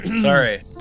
sorry